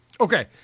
Okay